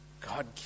God